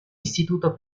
istituto